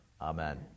Amen